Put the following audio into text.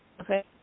Okay